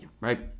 right